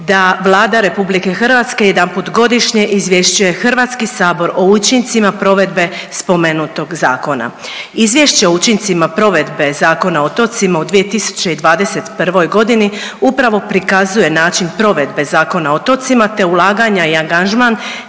da Vlada RH jedanput godišnje izvješćuje Hrvatski sabor o učincima provedbe spomenutog zakona. Izvješće o učincima provedbe Zakona o otocima u 2021. godini upravo prikazuje način provedbe Zakona o otocima, te ulaganja i angažman